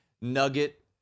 nugget